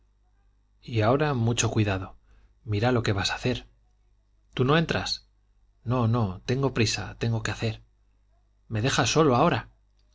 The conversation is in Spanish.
escucha y ahora mucho cuidado mira lo que vas a hacer tú no entras no no tengo prisa tengo que hacer me dejas solo ahora